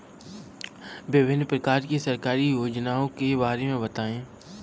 विभिन्न प्रकार की सरकारी योजनाओं के बारे में बताइए?